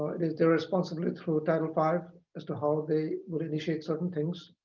it is their responsibility through title five as to how they will initiate certain things